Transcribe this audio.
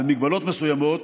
במגבלות מסוימות,